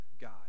God